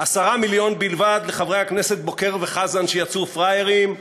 10 מיליון בלבד לחברי הכנסת בוקר וחזן שיצאו פראיירים,